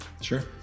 Sure